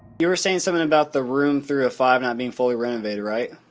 years saying something about the room through a fire not being fully rannveig right.